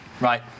Right